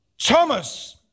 Thomas